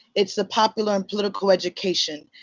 it's the popular and political education.